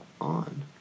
on